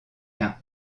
quint